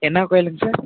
என்ன கோயிலுங்க சார்